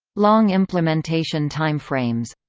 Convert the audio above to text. long implementation timeframes